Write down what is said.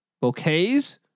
bouquets